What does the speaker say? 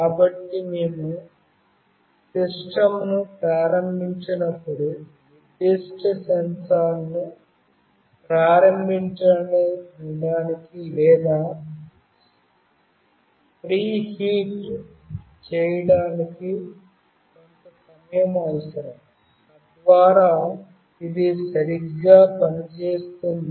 కాబట్టి మేము సిస్టం ను ప్రారంభించినప్పుడు నిర్దిష్ట సెన్సార్ను ప్రారంభించడానికి లేదా ప్రేహీట్ చేయడానికి కొంత సమయం అవసరం తద్వారా ఇది సరిగ్గా పని చేస్తుంది